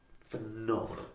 phenomenal